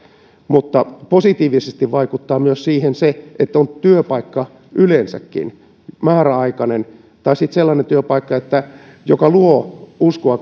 mutta positiivisesti siihen vaikuttaa myös se että on työpaikka yleensäkin määräaikainen tai sitten sellainen työpaikka joka luo kuitenkin uskoa